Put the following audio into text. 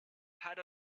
had